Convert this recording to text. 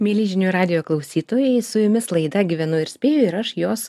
mieli žinių radijo klausytojai su jumis laida gyvenu ir spėju ir aš jos